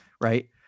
right